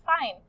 fine